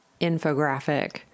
infographic